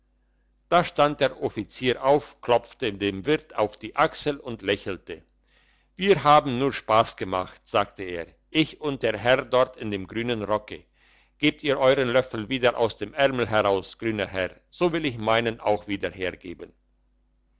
da stand der offizier auf klopfte dem wirt auf die achsel und lächelte wir haben nur spass gemacht sagte er ich und der herr dort in dem grünen rocke gebt ihr euern löffel wieder aus dem ärmel heraus grüner herr so will ich meinen auch wieder hergeben